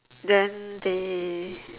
then they